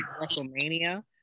WrestleMania